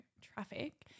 traffic